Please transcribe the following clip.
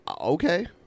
Okay